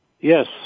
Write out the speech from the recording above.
Yes